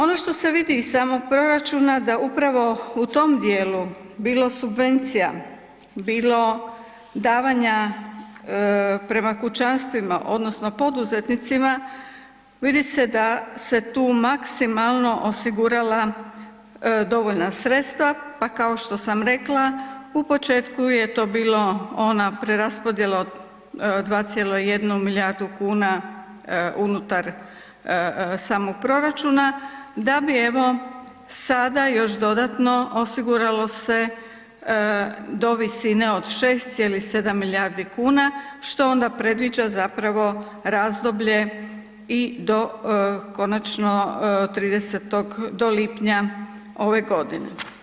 Ono što se vidi iz samog proračuna da upravo u tom dijelu bilo subvencija, bilo davanja prema kućanstvima odnosno poduzetnicima, vidi se da se tu maksimalno osigurala dovoljna sredstva, pa kao što sam rekla u početku je to bilo ona preraspodjela od 2,1 milijardu kuna unutar samog proračuna, da bi evo sada još dodatno osiguralo se do visine 6,7 milijardi kuna što onda predviđa razdoblje i do konačno 30.do lipnja ove godine.